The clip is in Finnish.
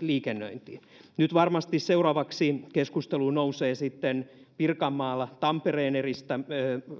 liikennöintiin nyt varmasti seuraavaksi keskusteluun nousee sitten pirkanmaalla tampereen